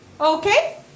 Okay